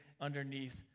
underneath